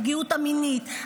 הפגיעה המינית,